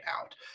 out